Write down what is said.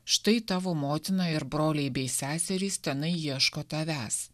štai tavo motina ir broliai bei seserys tenai ieško tavęs